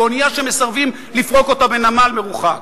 באונייה שמסרבים לפרוק אותה בנמל מרוחק.